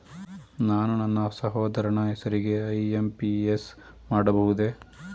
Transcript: ನಾನು ನನ್ನ ಸಹೋದರನ ಹೆಸರಿಗೆ ಐ.ಎಂ.ಪಿ.ಎಸ್ ಮಾಡಬಹುದೇ?